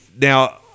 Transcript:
Now